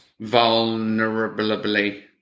vulnerably